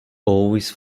always